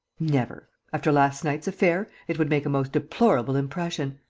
never! after last night's affair, it would make a most deplorable impression.